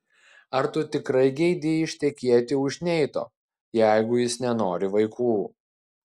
ar tu tikrai geidi ištekėti už neito jeigu jis nenori vaikų